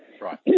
Right